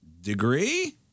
degree